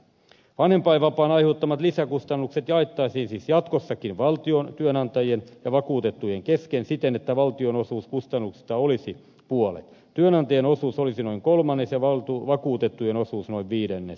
vanhempainvapaan aiheuttamat lisäkustannukset jaettaisiin siis jatkossakin valtion työnantajien ja vakuutettujen kesken siten että valtion osuus kustannuksista olisi puolet työnantajan osuus olisi noin kolmannes ja vakuutettujen osuus noin viidennes